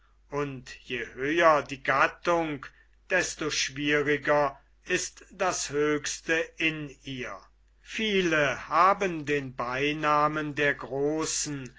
und je höher die gattung desto schwieriger ist das höchste in ihr viele haben den beinamen der großen